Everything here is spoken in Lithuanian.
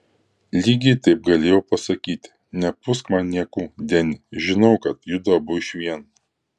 lygiai taip galėjo pasakyti nepūsk man niekų deni žinau kad judu abu išvien